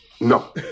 No